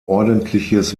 ordentliches